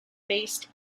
based